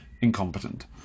incompetent